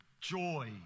joy